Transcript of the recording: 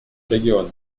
региона